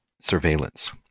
surveillance